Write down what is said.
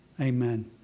Amen